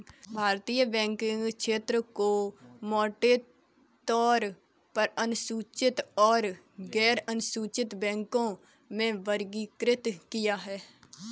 भारतीय बैंकिंग क्षेत्र को मोटे तौर पर अनुसूचित और गैरअनुसूचित बैंकों में वर्गीकृत किया है